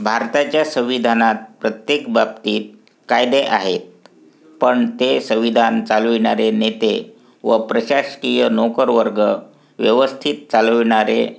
भारताच्या संविधानात प्रत्येक बाबतीत कायदे आहेत पण ते संविधान चालविणारे नेते व प्रशासकीय नोकरवर्ग व्यवस्थित चालविणारे